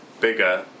bigger